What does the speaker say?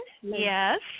yes